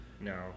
No